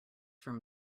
from